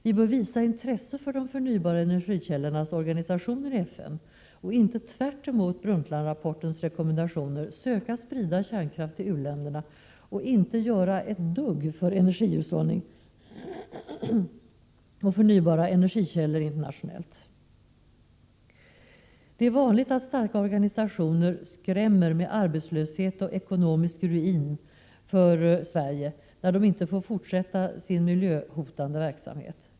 Vi bör visa intresse för organisationer i FN för de förnybara energikällorna och inte, tvärtemot Brundtlandrapportens rekommendationer, söka sprida kärnkraft till u-länderna eller låta bli att göra ett enda dugg för energihushållning och förnybara energikällor internationellt. Det är vanligt att starka organisationer skrämmer med arbetslöshet och ekonomisk ruin för Sverige, när de inte får fortsätta med sin miljöhotande verksamhet.